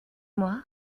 moi